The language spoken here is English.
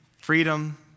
freedom